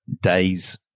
days